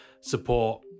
support